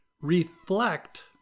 Reflect